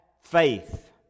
faith